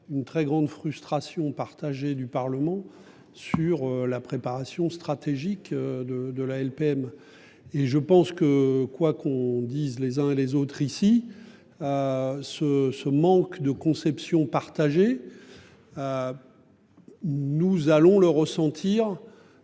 une très grande frustration partagée du Parlement sur la préparation stratégique de de la LPM et je pense que, quoi qu'on dise les uns et les autres ici. Ce, ce manque de conception partagée. Nous allons le ressentir.